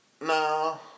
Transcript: No